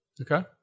Okay